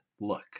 look